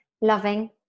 Loving